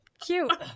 cute